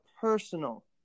personal